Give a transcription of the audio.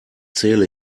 zähle